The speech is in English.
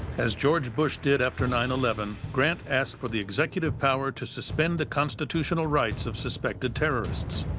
as george bush did after nine eleven, grant asked for the executive power to suspend the constitutional rights of suspected terrorists.